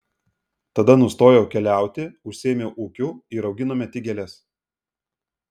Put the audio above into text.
tada nustojau keliauti užsiėmiau ūkiu ir auginome tik gėles